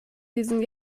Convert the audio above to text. diesen